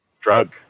drug